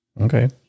Okay